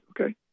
okay